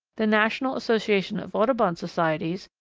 the national association of audubon societies,